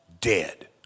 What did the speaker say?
dead